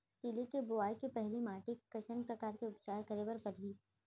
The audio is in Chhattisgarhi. तिलि के बोआई के पहिली माटी के कइसन प्रकार के उपचार करे बर परही?